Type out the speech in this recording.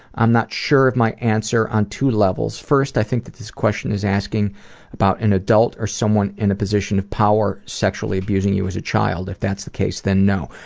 i'm not sure of my answer on two levels. first, i think that this question is asking about an adult or someone in a position of power sexually abusing you as a child. if that's the case, then no.